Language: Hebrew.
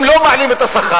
אם לא מעלים את השכר,